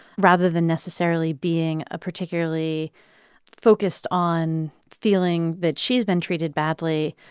rather than necessarily being ah particularly focused on feeling that she's been treated badly.